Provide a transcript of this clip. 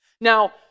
Now